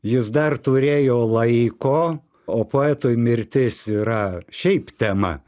jis dar turėjo laiko o poetui mirtis yra šiaip tema